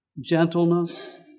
gentleness